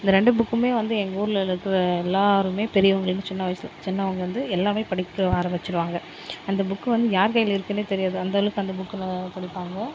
இந்த ரெண்டு புக்குமே வந்து எங்கள் ஊரில் இருக்கிற எல்லாருமே பெரியவங்கள்லேந்து சின்ன வயசில் சின்னவங்கலேந்து எல்லாமே படிக்க ஆரம்பிச்சிவிடுவாங்க அந்த புக் வந்து யார் கையில இருக்குன்னே தெரியாது அந்த அளவுக்கு அந்த புக்கில படிப்பாங்க